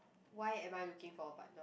why am I looking for a partner